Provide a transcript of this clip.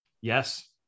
Yes